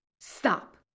Stop